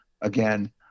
again